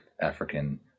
African